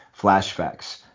flashbacks